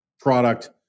product